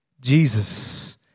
Jesus